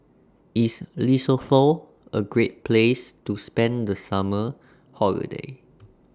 IS Lesotho A Great Place to spend The Summer Holiday